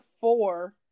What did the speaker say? four